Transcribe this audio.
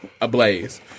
ablaze